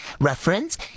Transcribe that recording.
reference